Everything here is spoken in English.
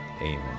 Amen